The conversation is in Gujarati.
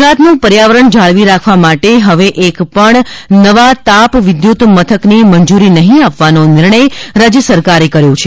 ગુજરાતનું પર્યાવરણ જાળવી રાખવા માટે હવે એકપણ નવા તાપ વિદ્યુત મથકની મંજૂરી નહીં આપવાનો નિર્ણય રાજ્ય સરકારે કર્યો છે